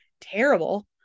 Terrible